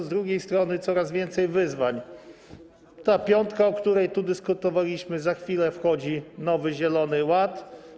Z drugiej strony jest coraz więcej wyzwań: ta piątka, o której tu dyskutowaliśmy, za chwilę wchodzi nowy zielony ład.